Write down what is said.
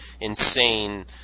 insane